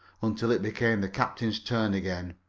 until it became the captain's turn again.